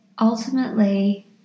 Ultimately